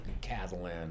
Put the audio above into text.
Catalan